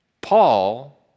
Paul